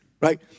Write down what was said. right